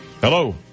Hello